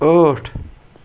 ٲٹھ